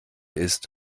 ist